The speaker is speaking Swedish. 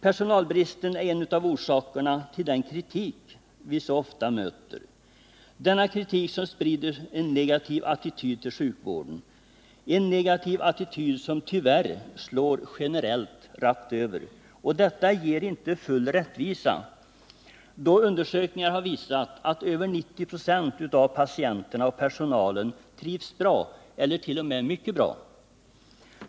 Personalbristen är en av orsakerna till den kritik vi så ofta möter och som sprider en negativ attityd till sjukvården, en negativ attityd som tyvärr slår generellt, rakt över. Detta ger inte full rättvisa, då undersökningar har visat att över 90 96 av patienterna och personalen trivs bra eller t.o.m. mycket bra.